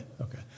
okay